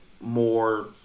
more